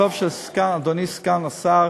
טוב שאדוני סגן שר